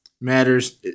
Matters